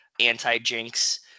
anti-jinx